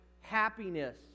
happiness